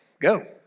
go